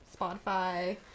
Spotify